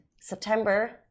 september